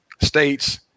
states